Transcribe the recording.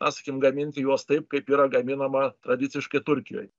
na sakykim gaminti juos taip kaip yra gaminama tradiciškai turkijoj